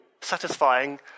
satisfying